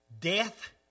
Death